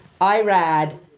Irad